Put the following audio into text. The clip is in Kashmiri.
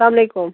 السلام علیکُم